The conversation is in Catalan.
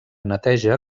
neteja